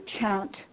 chant